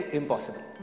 impossible